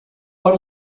per